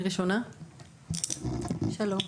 שלום,